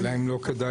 השאלה אם לא כדאי